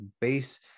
base